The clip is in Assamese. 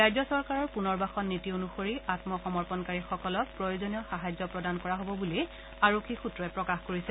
ৰাজ্য চৰকাৰৰ পুনৰ্বাসন নীতি অনুসৰি আমসমৰ্পণকাৰীসকলক প্ৰয়োজনীয় সাহায্য প্ৰদান কৰা হ'ব বুলি আৰক্ষী সূত্ৰই প্ৰকাশ কৰিছে